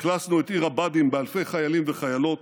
אכלסנו את עיר הבה"דים באלפי חיילים וחיילות,